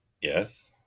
Yes